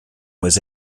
was